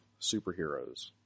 superheroes